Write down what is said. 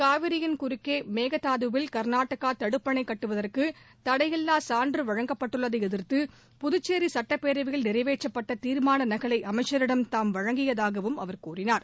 காவிரியின் குறுக்கே மேகதாதுவில் கர்நாடகா தடுப்பணை கட்டுவதற்கு தடையில்லா சான்று வழங்கப்பட்டுள்ளதை எதிர்த்து புதுச்சேரி சட்டப்பேரவையில் நிறைவேற்றப்பட்ட தீர்மான நக்கை அமைச்சரிடம் தாம் வழங்கியதாகவும் அவர் கூறினார்